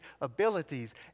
abilities